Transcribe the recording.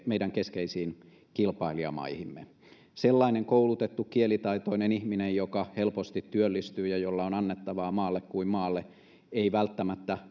meidän keskeisiin kilpailijamaihimme sellainen koulutettu kielitaitoinen ihminen joka helposti työllistyy ja jolla on annettavaa maalle kuin maalle ei välttämättä